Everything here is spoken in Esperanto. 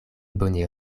bone